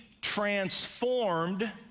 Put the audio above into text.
transformed